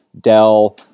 Dell